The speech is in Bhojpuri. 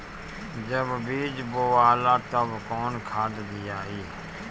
जब बीज बोवाला तब कौन खाद दियाई?